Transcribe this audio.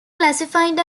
classified